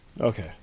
Okay